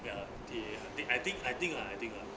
ya T_A I thi~ I think I think lah I think lah